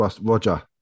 Roger